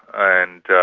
and